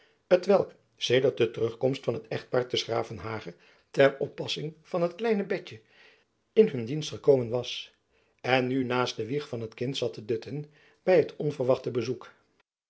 t welk sedert do terugkomst van het echtpaar te s gravenhage ter oppassing van het kleine betjen in jacob van lennep elizabeth musch hun dienst gekomen was en nu naast de wieg van het kind zat te dutten by het onverwachte bezoek